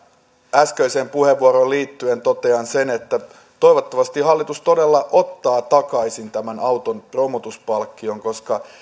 äskeiseen puheenvuoroon liittyen totean sen että toivottavasti hallitus todella ottaa takaisin tämän autonromutuspalkkion koska